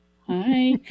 Hi